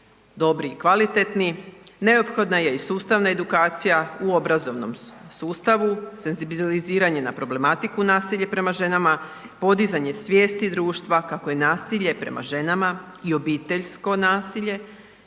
dobri i kvalitetni neophodna je i sustavna edukacija u obrazovnom sustavu, senzibiliziranje na problematiku nasilje prema ženama, podizanje svijesti društva kako je nasilje prema ženama i obiteljsko nasilje